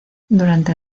durante